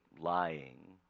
lying